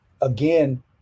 again